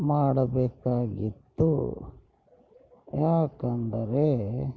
ಮಾಡಬೇಕಾಗಿತ್ತು ಯಾಕಂದರೆ